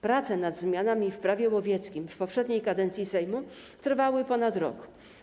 Prace nad zmianami w Prawie łowieckim w poprzedniej kadencji Sejmu trwały ponad rok.